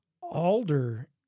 alder